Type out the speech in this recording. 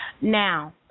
Now